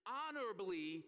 honorably